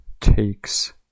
takes